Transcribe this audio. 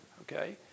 Okay